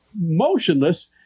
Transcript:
motionless